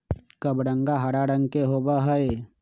कबरंगा हरा रंग के होबा हई